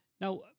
Now